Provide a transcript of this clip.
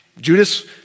Judas